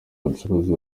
bacuruzi